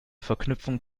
verknüpfung